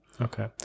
Okay